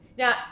Now